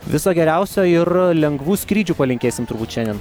viso geriausio ir lengvų skrydžių palinkėsim turbūt šiandien